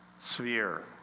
sphere